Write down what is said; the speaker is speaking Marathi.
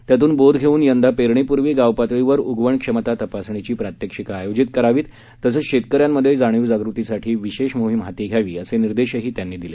त्यातून बोध घेऊन यंदा पेरणीपूर्वी गावपातळीवर उगवणक्षमता तपासणीची प्रात्यक्षिकं आयोजित करावीत तसंच शेतकऱ्यांमध्ये जाणीवजागृतीसाठी विशेष मोहिम हाती घ्यावी असं निर्देशही कृषिमंत्र्यांनी यावेळी दिले